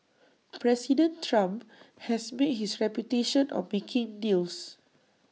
President Trump has made his reputation on making deals